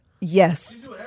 Yes